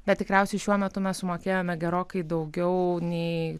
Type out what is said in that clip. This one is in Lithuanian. bet tikriausiai šiuo metu mes sumokėjome gerokai daugiau nei